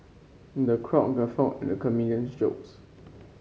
the crowd guffawed at the comedian's jokes